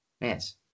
yes